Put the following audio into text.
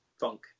funk